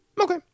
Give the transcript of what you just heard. Okay